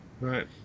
right